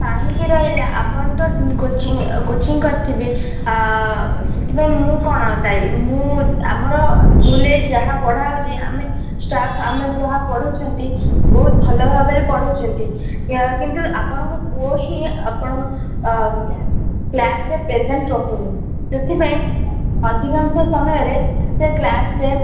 କାହିଁକି ରହିଲା ଆପଣ ତ କୋଚିଙ୍ଗ୍ ଏ କୋଚିଙ୍ଗ୍ କରିଥିବେ ସେଥିପାଇଁ ମୁଁ କ'ଣ ଦାୟୀ ମୁଁ ଆମର ସ୍କୁଲ୍ରେ ଏଇ ଯାହା ପଢ଼ା ହେଉଛି ଆମେ ଷ୍ଟାଫ୍ ଆମେ ଯାହା ପଢ଼ାଉଛନ୍ତି ବହୁତ ଭଲ ଭାବରେ ପଢ଼ାଉଛନ୍ତି ଏ କିନ୍ତୁ ଆପଣଙ୍କୁ ପୁଅ ହିଁ ଆପଣଙ୍କ କ୍ଲାସ୍ରେ ପ୍ରେଜେଣ୍ଟ୍ ରହୁନି ସେଥିପାଇଁ ଅଧିକାଂଶ ସମୟରେ ସେ କ୍ଲାସ୍ରେ